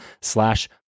slash